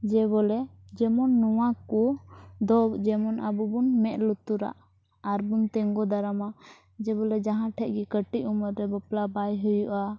ᱡᱮ ᱵᱚᱞᱮ ᱡᱮᱢᱚᱱ ᱱᱚᱣᱟ ᱠᱚ ᱫᱚ ᱡᱮᱢᱚᱱ ᱟᱵᱚ ᱵᱚᱱ ᱢᱮᱫ ᱞᱩᱛᱩᱨᱟᱜ ᱟᱨ ᱵᱚᱱ ᱛᱮᱜᱳ ᱫᱟᱨᱟᱢᱟ ᱡᱮ ᱵᱚᱞᱮ ᱡᱟᱦᱟᱸ ᱴᱷᱮᱡ ᱜᱮ ᱠᱟᱹᱴᱤᱡ ᱩᱢᱮᱹᱨ ᱨᱮ ᱵᱟᱯᱞᱟ ᱵᱟᱭ ᱦᱩᱭᱩᱜᱼᱟ